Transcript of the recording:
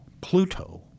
Pluto